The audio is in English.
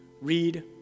read